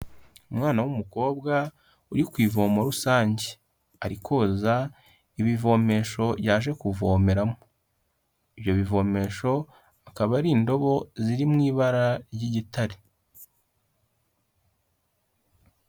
Umwana w'umukobwa uri ku ivomo rusange ari koza ibivomesho yaje kuvomeramo, Ibyo bivomesho akaba ari indobo ziri mu ibara ry'igitare.